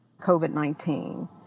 COVID-19